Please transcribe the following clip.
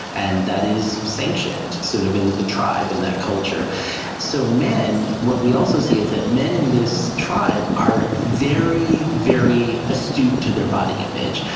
and that is sanctioned sort of in the tribe, in that culture so men, what we also see is that men in this tribe are very, very astute to their body image.